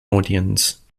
audience